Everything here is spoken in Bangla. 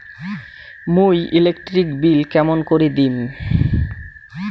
মুই ইলেকট্রিক বিল কেমন করি দিম?